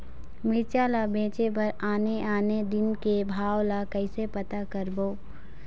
मिरचा ला बेचे बर आने आने दिन के भाव ला कइसे पता करबो?